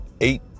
eight